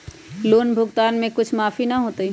Loan भुगतान में कुछ माफी न होतई?